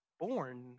born